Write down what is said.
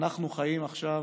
אנחנו חיים עכשיו